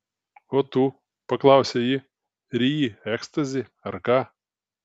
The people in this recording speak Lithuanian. o tu paklausė ji ryji ekstazį ar ką